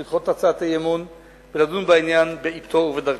לדחות את הצעת האי-אמון ולדון בעניין בעתו ובדרכו.